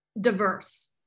diverse